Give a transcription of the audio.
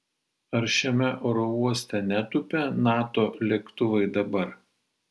ar šiame oro uoste netūpia nato lėktuvai dabar